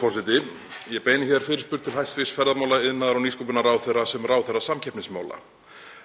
forseti. Ég beini hér fyrirspurn til hæstv. ferðamála-, iðnaðar- og nýsköpunarráðherra sem ráðherra samkeppnismála.